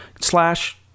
slash